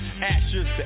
Ashes